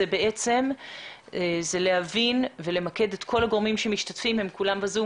הוא כדי למקד את כל הגורמים שמשתתפים והם כולם ב-זום